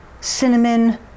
cinnamon